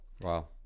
Wow